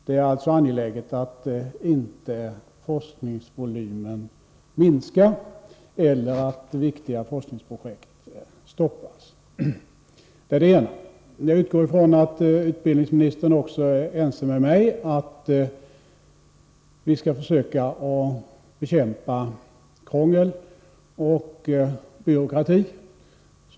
Det är alltså angeläget att inte forskningsvolymen minskar eller viktiga forskningsprojekt stoppas. Det är det ena. Jag utgår från att utbildningsministern också är ense med mig om att vi skall försöka att så mycket som möjligt bekämpa krångel och byråkrati.